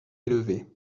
élevée